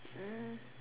mm